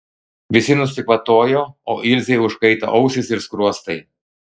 visi nusikvatojo o ilzei užkaito ausys ir skruostai